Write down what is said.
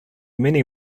many